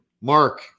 Mark